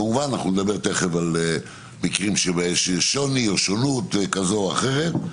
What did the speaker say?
כמובן אנחנו נדבר תיכף על מקרים שיש שוני או שונות כזאת או אחרת,